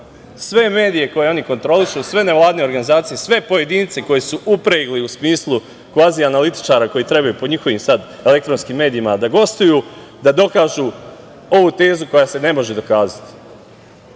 sve medije koje kontrolišu, sve nevladine organizacije, sve pojedince koje su upregli u smislu kvazi analitičara koji trebaju po njihovim elektronskim medijima da gostuju sada, da dokažu ovu tezu koja se ne može dokazati. Ne